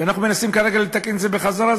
ואנחנו מנסים כרגע לתקן את זה בחזרה.